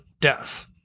death